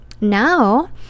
now